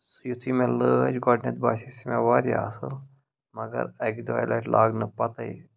سُہ یُتھُے مےٚ لٲج گۄڈنٮ۪تھ باسے سۄ مےٚ وارِیاہ اَصٕل مگر اَکہِ دۄیہِ لَٹہِ لاگنہٕ پَتَے